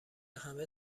همه